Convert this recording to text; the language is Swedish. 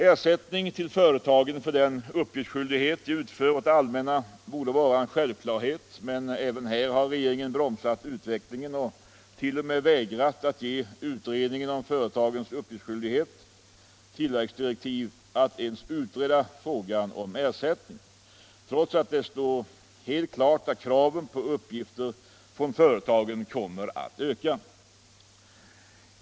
Ersättning till företagen för den uppgiftsskyldighet de fullgör åt det allmänna borde vara en självklarhet, men även här har regeringen bromsat utvecklingen och t.o.m. vägrat att ge utredningen om företagens uppgiftsskyldighet tilläggsdirektiv att utreda frågan, trots att det står helt klart att kraven på uppgifter från företagen kommer att öka.